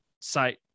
site